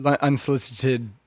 unsolicited